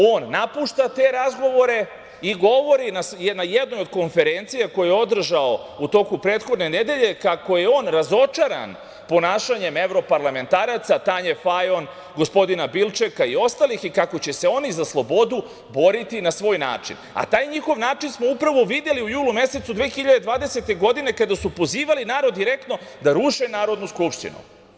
On napušta te razgovore i govori na jednoj konferenciji, koju je održao u toku prethodne nedelje, kako je on razočaran ponašanjem evroparlamentaraca, Tanje Fajon, gospodin Bilčeka i ostalih, i kako će se oni za slobodu boriti na svoj način, a taj njihov način smo upravo videli u julu mesecu 2020. godine kada su pozivali narod direktno da ruše Narodnu skupštinu.